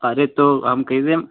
अरे तो हम कैसे